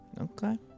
Okay